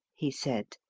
he said,